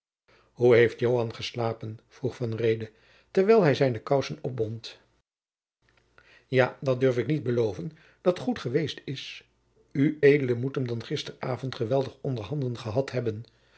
hoe heeft joan geslapen vroeg van reede terwijl hij zijne koussen opbond ja dat durf ik niet beloven dat goed geweest is ued moet hem dan gisteren avond geweldig onder handen gehad hebben